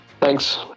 Thanks